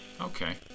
Okay